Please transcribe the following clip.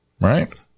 right